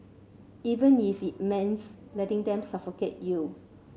even if it means letting them suffocate you